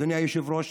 אדוני היושב-ראש,